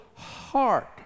heart